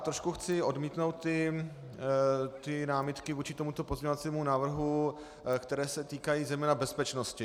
Trošku chci odmítnout námitky vůči tomuto pozměňovacímu návrhu, které se týkají zejména bezpečnosti.